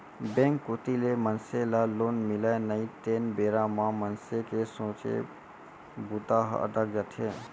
bank कोती ले मनसे ल लोन मिलय नई तेन बेरा म मनसे के सोचे बूता ह अटक जाथे